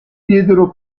diedero